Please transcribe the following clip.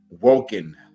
woken